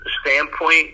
standpoint